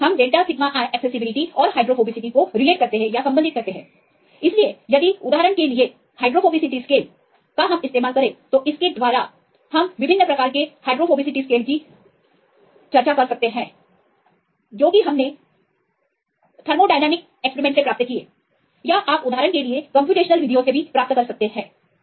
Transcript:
इसलिए हम delta sigma i accessibility और हाइड्रोफोबिसिटी से संबंधित करते हैं इसलिए यदि उदाहरण के लिए डेल्टा Gr हाइड्रोफोबिसिटी स्केल का प्रतिनिधित्व करता है तो आप किसी भी हाइड्रोफोबिक सूचकांकों को ले सकते हैं हमने विभिन्न प्रकार के हाइड्रोफोबिक सूचकांकों के बारे में चर्चा की है जो कि आपने प्रयोगों थर्मोडायनामिक हस्तांतरण प्रयोगों से प्राप्त किए हैं या आप उदाहरण के लिए कम्प्यूटेशनल विधियों से प्राप्त कर सकते हैं